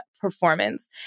performance